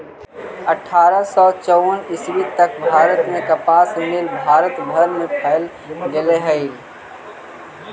अट्ठारह सौ चौवन ईस्वी तक भारत में कपास मिल भारत भर में फैल गेले हलई